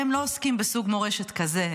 הם לא עוסקים בסוג מורשת כזה,